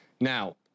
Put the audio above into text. now